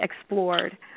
explored